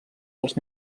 dels